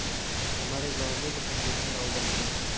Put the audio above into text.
हमारे गांव में लकड़ियों से नाव बनते हैं